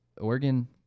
Oregon